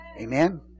Amen